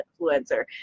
influencer